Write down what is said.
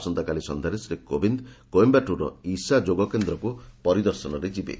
ଆସନ୍ତାକାଲି ସନ୍ଧ୍ୟାରେ ଶ୍ରୀ କୋବିନ୍ଦ କୋଏୟାଟୁର୍ର ଇଶା ଯୋଗକେନ୍ଦ୍ରକୁ ପରିଦର୍ଶନରେ ଯିବେ